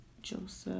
joseph